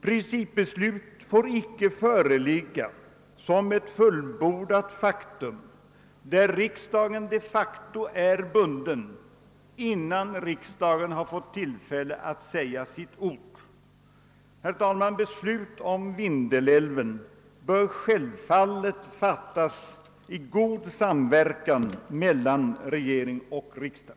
Principbeslut får icke föreligga som ett fullbordat faktum, så att riksdagen de facto är bunden innan den har fått tillfälle att säga sitt ord. | Herr talman! Beslut om Vindelälven bör självfallet fattas i god samverkan mellan regering och riksdag.